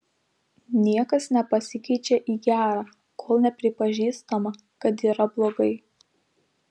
niekas nepasikeičia į gerą kol nepripažįstama kad yra blogai